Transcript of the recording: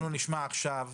אנחנו נשמע עכשיו